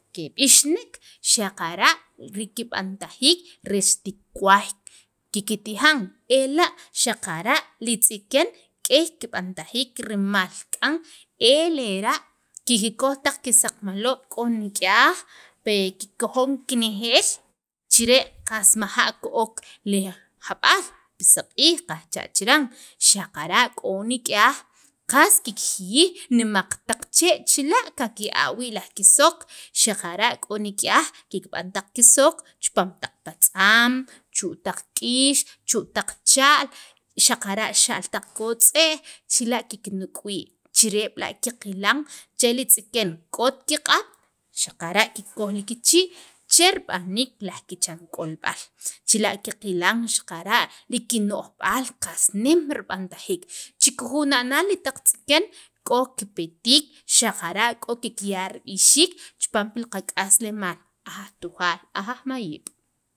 keb'ixnek xaqara' rikib'antajiik reech tij kuwaj kikitijan ela' xaqara' li tz'iken k'ey kib'antajiik rimal k'an el lera' kikikoj taq kisaqmaloob' k'o nik'yaj kikojon kenejeel chire' qs majaa' li jab'aal pi saq'iij qajcha' chiran xaqara' k'o nik'yaj qas kikjiyij nemaq taq chee' chila' kikya' wii' laj kisook xaqara' k'o nik'yaj kikb'an taq kisook chipaam taq patz'aam, chu' taq k'iix, chu' taq cha'l xaqara' chixa'l taq kotz'e'j chila' kiknuk' wii' chire' b'la' qaqilan che k'ot kiq'ab' xaqara' kikoj kichii' che rib'aniik laj kichan k'olb'al, chila' qaqilan xaqara' kino'jb'al qas nem rib'antajii, chikijuna'naal taq tz'iken k'o kipetiik xaqara' k'o kikya' rib'ixiik chipaam qak'aslemaa aj Tujaal, aj mayiib'.